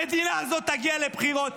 המדינה הזאת תגיע לבחירות,